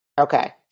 okay